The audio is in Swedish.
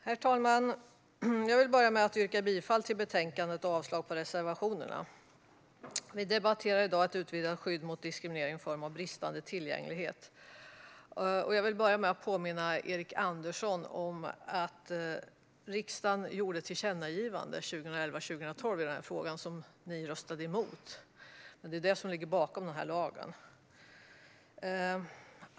Herr talman! Vi debatterar i dag betänkandet Utvidgat skydd mot diskriminering i form av bristande tillgänglighet. Jag yrkar bifall till förslaget och avslag på reservationerna. Jag vill påminna Erik Andersson om att riksdagen gjorde ett tillkännagivande i den här frågan riksdagsåret 2011/12 som ni röstade emot. Det är det som ligger bakom den här lagen.